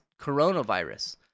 coronavirus